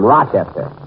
Rochester